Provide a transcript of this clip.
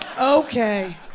Okay